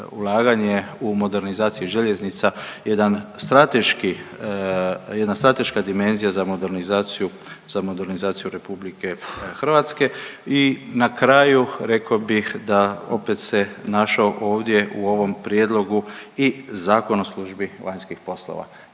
ulaganje u modernizaciju željeznica jedan strateški, jedna strateška dimenzija za modernizaciju, za modernizaciju RH i na kraju rekao bih da opet se našao ovdje u ovom prijedlogu i Zakon o službi vanjskih poslova.